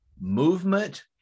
movement